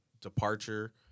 departure